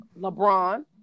LeBron